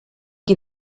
qui